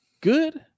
good